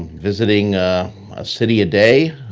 visiting a city a day.